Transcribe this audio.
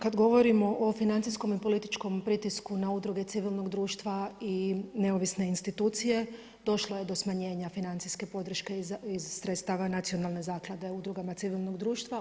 Kad govorimo o financijskom i političkom pritisku na udruge civilnog društva i neovisne institucije došlo je do smanjenja financijske podrške iz sredstava Nacionalne zaklade udrugama civilnog društva.